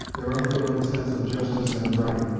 their unfailing sense of justice and right.